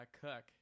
cook